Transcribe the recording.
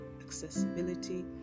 accessibility